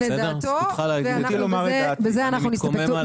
כל אחד אומר כאן את דעתו ואנחנו נסתפק בזה.